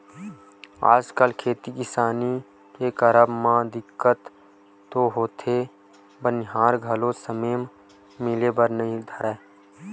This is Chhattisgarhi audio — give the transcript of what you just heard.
आजकल खेती किसानी के करब म दिक्कत तो होथे बनिहार घलो समे म मिले बर नइ धरय